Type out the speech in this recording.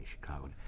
Chicago